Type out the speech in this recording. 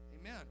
Amen